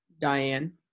Diane